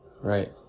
right